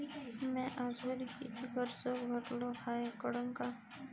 म्या आजवरी कितीक कर्ज भरलं हाय कळन का?